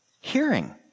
hearing